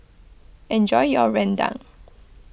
enjoy your Rendang